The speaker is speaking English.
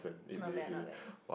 not bad not bad